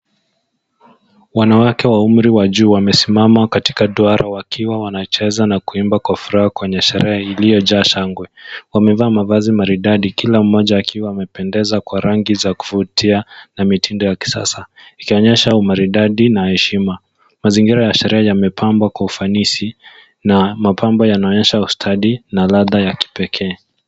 Wanawake wa umri wa juu wamesimama katika duara wakiwa wanacheza na kuimba kwa furaha kwenye sherehe iliyojaa shangwe. Wamevaa mavazi maridadi kila mmoja akiwa amependeza kwa rangi za kuvutia na mitindo ya kisasa ikionyesha umaridadi na heshima. Mazingira ya sherehe yamepambwa kwa ufanisi na mapambo yanaonyesha ustadi na ladhaa ya kipekee.